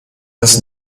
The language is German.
das